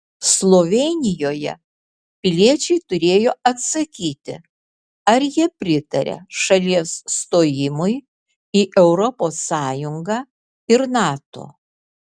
slovėnijoje piliečiai turėjo atsakyti ar jie pritaria šalies stojimui į europos sąjungą ir nato